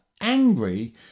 angry